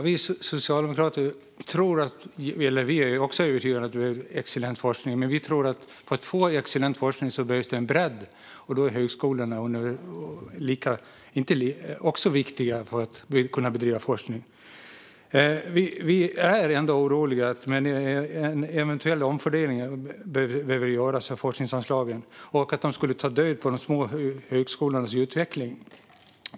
Herr talman! Vi socialdemokrater är också övertygade om att det behövs excellent forskning, men vi tror att det behövs en bredd för att få excellent forskning. Då är högskolorna också viktiga när det gäller att bedriva forskning. Vi är ändå oroliga över att en eventuell omfördelning av forskningsanslagen behöver göras och att det skulle ta död på de små högskolornas utveckling.